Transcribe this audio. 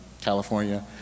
California